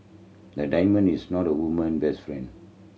a diamond is not a woman best friend